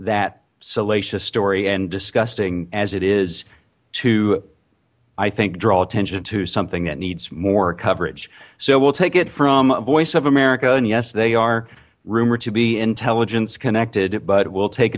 that salacious story and disgusting as it is to i think draw attention to something that needs more coverage so we'll take it from voice of america and yes they are rumored to be intelligence connected but we'll